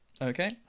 Okay